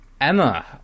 Emma